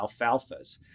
Alfalfas